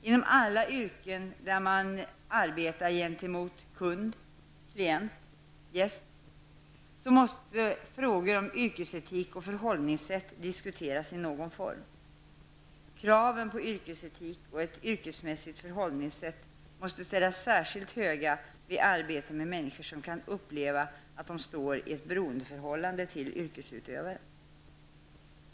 Inom alla yrken där man arbetar gentemot ''kund, klient, gäst'' måste frågor om yrkesetik och förhållningssätt diskuteras i någon form. Kraven på yrkesetik och ett yrkesmässigt förhållningssätt måste ställas särskilt höga vid arbete med människor som kan uppleva att de står i ett beroendeförhållande till yrkesutövaren.